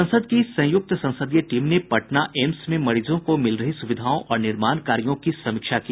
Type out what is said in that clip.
संसद की संयुक्त संसदीय टीम ने पटना एम्स में मरीजों को मिल रही सुविधाओं और निर्माण कार्यों की समीक्षा की